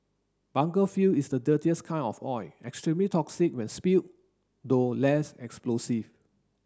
bunker fuel is the dirtiest kind of oil extremely toxic when spilled though less explosive